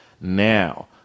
now